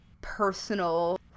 personal